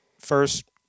first